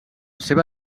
seva